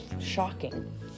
shocking